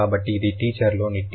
కాబట్టి ఇది టీచర్ లోని t